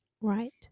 Right